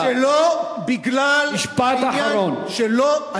שלא בגלל עניין שלא,